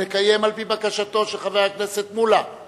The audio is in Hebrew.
על-פי בקשתו של חבר הכנסת מולה אנחנו